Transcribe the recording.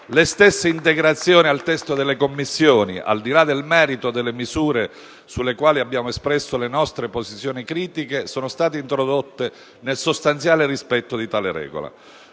Le stesse integrazioni al testo delle Commissioni, al di là del merito delle misure sulle quali abbiamo espresso le nostre posizioni critiche, sono state introdotte nel sostanziale rispetto di tale regola.